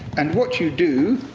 and what you do,